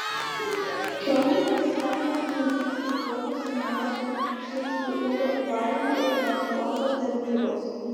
kiolne bus galima pamatyti kaip tvarkosi miesto šiukšlių ūkio valymo ir transporto tarnybos